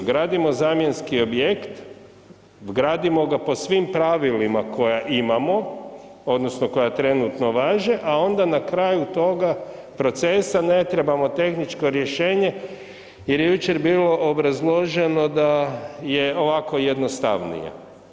Gradimo zamjenski objekt, gradimo ga po svim pravilima koja imamo odnosno koja trenutno važe, a onda na kraju toga procesa ne trebamo tehničko rješenje jer je jučer bilo obrazloženo da je ovako jednostavnije.